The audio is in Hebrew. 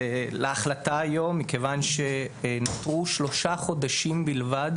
להחלטה היום מכיוון שנותרו שלושה חודשים בלבד